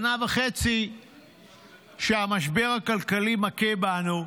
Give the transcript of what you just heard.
שנה וחצי שהמשבר הכלכלי מכה בנו,